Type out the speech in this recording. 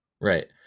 right